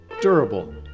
durable